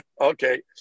Okay